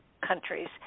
countries